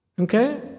okay